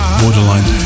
borderline